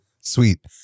Sweet